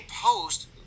post